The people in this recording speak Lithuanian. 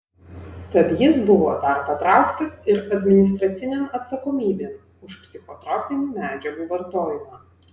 tad jis buvo dar patrauktas ir administracinėn atsakomybėn už psichotropinių medžiagų vartojimą